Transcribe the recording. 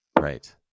Right